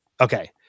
Okay